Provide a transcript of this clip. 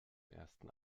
ersten